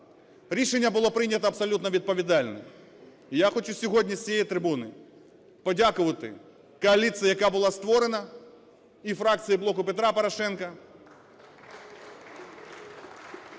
Рішення було прийнято абсолютно відповідально. І я хочу сьогодні з цієї трибуни подякувати коаліції, яка була створена, і фракції "Блоку Петра Порошенка",